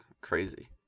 crazy